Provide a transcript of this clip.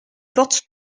porte